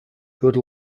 good